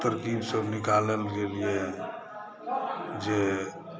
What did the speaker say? तरकीबसभ निकालल गेल यऽ जे